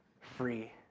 free